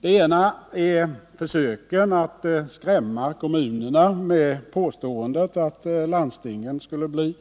Det ena är försöken att skrämma kommunerna med påståendet att landstingen skulle bli